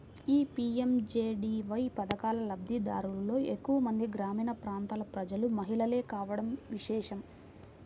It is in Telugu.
ఈ పీ.ఎం.జే.డీ.వై పథకం లబ్ది దారులలో ఎక్కువ మంది గ్రామీణ ప్రాంతాల ప్రజలు, మహిళలే కావడం విశేషం